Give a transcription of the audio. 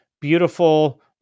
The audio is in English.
beautiful